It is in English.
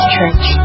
Church